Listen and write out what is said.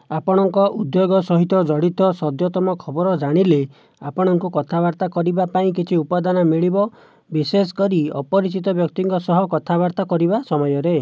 ଆପଣଙ୍କ ଉଦ୍ୟୋଗ ସହିତ ଜଡ଼ିତ ସଦ୍ୟତମ ଖବର ଜାଣିଲେ ଆପଣଙ୍କୁ କଥାବର୍ତ୍ତା କରିବା ପାଇଁ କିଛି ଉପାଦାନ ମିଳିବ ବିଶେଷ କରି ଅପରିଚିତ ବ୍ୟକ୍ତିଙ୍କ ସହ କଥାବାର୍ତ୍ତା କରିବା ସମୟରେ